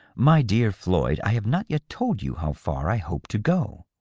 my dear floyd, i have not yet told you how far i hope to go.